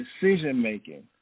decision-making